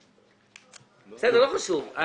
בסדר, לא חשוב.